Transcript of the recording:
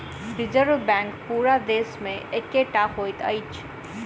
reserve bank पूरा देश मे एकै टा होइत अछि